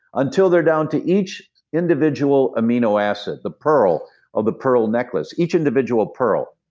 until they're down to each individual amino acid, the pearl of the pearl necklace, each individual pearl.